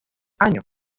años